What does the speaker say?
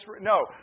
No